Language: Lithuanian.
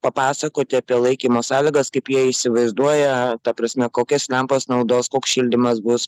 papasakoti apie laikymo sąlygas kaip jie įsivaizduoja ta prasme kokias lempas naudos koks šildymas bus